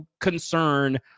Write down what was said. concern